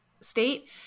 state